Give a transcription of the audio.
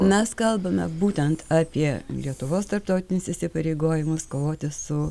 mes kalbame būtent apie lietuvos tarptautinius įsipareigojimus kovoti su